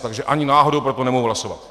Takže ani náhodou pro to nemohu hlasovat.